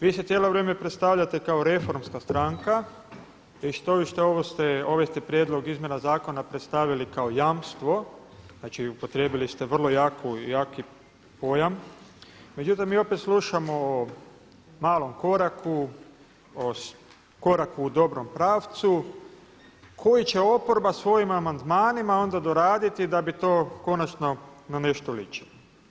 Vi se cijelo vrijeme predstavljate kao reformska stranka i štoviše ove ste prijedloge izmjena zakona predstavili kao jamstvo, znači upotrijebili ste vrlo jaki pojam, međutim mi opet slušamo o malom koraku o koraku u dobrom pravcu koje će oporba svojim amandmanima onda doraditi da bi to konačno na nešto ličilo.